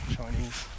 Chinese